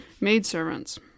maidservants